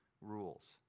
rules